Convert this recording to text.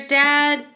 dad